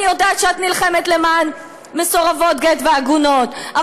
אני יודעת שאת נלחמת למען מסורבות גט ועגונות,